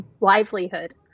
livelihood